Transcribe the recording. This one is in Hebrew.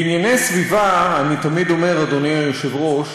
בענייני סביבה אני תמיד אומר, אדוני היושב-ראש,